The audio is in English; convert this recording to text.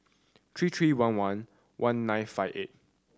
three three one one one nine five eight